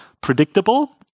predictable